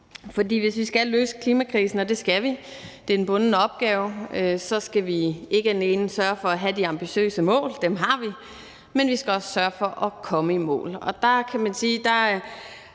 For hvis vi skal løse klimakrisen, og det skal vi, for det er en bunden opgave, så skal vi ikke alene sørge for at have de ambitiøse mål – dem har vi – men vi skal også sørge for at komme i mål. Der kan man sige, at vi